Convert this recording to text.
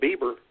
bieber